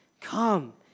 Come